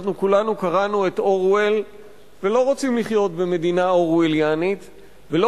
אנחנו כולנו קראנו את אורוול ולא רוצים לחיות במדינה אורווליאנית ולא